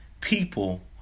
people